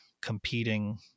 competing